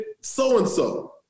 so-and-so